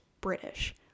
British